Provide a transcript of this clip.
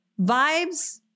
vibes